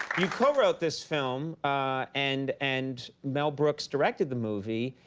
you co-wrote this film and and mel brooks directed the movie,